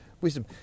wisdom